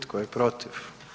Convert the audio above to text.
Tko je protiv?